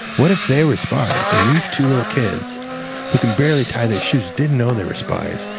what if they were spies and these two little kids who can barely tie their shoes didn't know they were spies?